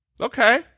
Okay